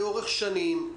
לאורך שנים.